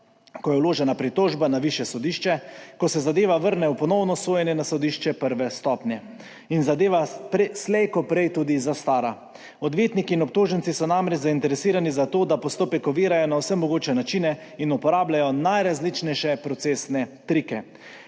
ko je vložena pritožba na višje sodišče, ko se zadeva vrne v ponovno sojenje na sodišče prve stopnje, in zadeva slejkoprej tudi zastara. Odvetniki in obtoženci so namreč zainteresirani za to, da postopek ovirajo na vse mogoče načine in uporabljajo najrazličnejše procesne trike.«